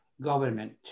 government